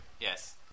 Yes